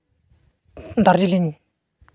Darjeeling